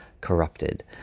Corrupted